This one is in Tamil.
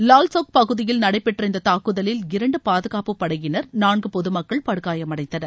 லால்சௌக் பகுதியில் நடைபெற்ற இந்த தாக்குதலில் இரண்டு பாதுகாப்பு படையினர் நான்கு பொதுமக்கள் படுகாயம் அடைந்தனர்